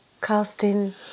casting